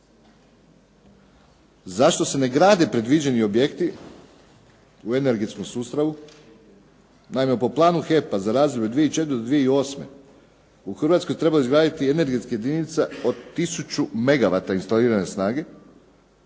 Zašto se ne grade predviđeni objekti u energetskom sustavu? Naime, po planu HEP-a za razvoj od 2004. do 2008. u Hrvatskoj treba izgraditi energetske jedinice od tisuću megawata instalirane snage.